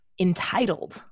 entitled